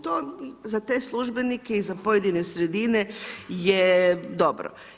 To za te službenike i za pojedine sredine je dobra.